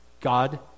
God